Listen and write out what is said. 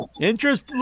Interest